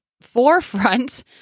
forefront